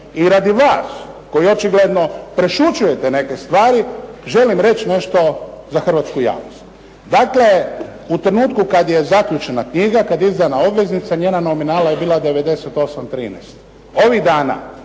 I radi vas, koji očigledno prešućujete neke stvari, želim reći nešto za hrvatsku javnost. Dakle, u trenutku kada je zaključena knjiga, kada je izdana obveznica njena nominalna je bila 98 13. ovih dana